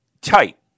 tight